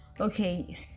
okay